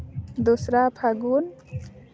ᱫᱚᱥᱨᱟ ᱯᱷᱟᱹᱜᱩᱱ